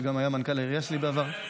שגם היה מנכ"ל העירייה שלי בעבר,